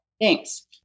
Thanks